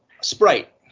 Sprite